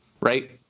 Right